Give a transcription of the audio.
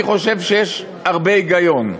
אני חושב שיש הרבה היגיון.